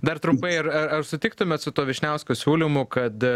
dar trumpai ar ar sutiktumėt su tuo vyšniausko siūlymu kad